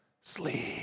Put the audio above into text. Sleep